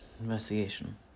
Investigation